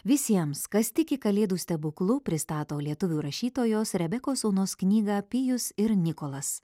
visiems kas tiki kalėdų stebuklu pristato lietuvių rašytojos rebekos onos knygą pijus ir nikolas